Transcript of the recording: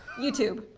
youtube.